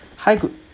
hi good